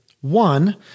One